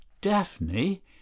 Daphne